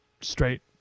straight